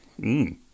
Mmm